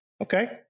Okay